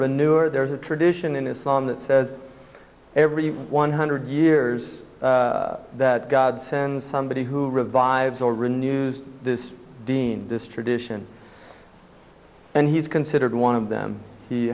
renew or there's a tradition in islam that says every one hundred years that god sends somebody who revives or renews dean this tradition and he's considered one of them h